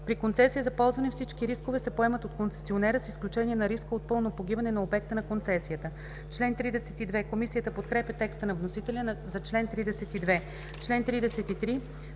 При концесия за ползване всички рискове се поемат от концесионера, с изключение на риска от пълно погиване на обекта на концесията.“ Комисията подкрепя текста на вносителя за чл. 32. По чл.